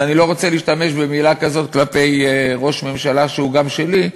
אני לא רוצה להשתמש במילה כזאת כלפי ראש ממשלה שהוא גם שלי,